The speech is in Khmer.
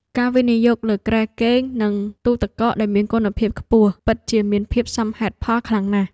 ការវិនិយោគលើគ្រែគេងនិងទូទឹកកកដែលមានគុណភាពខ្ពស់ពិតជាមានភាពសមហេតុផលខ្លាំងណាស់។